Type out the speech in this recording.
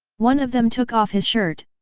one of them took off his shirt,